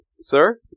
Sir